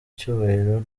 cyubahiro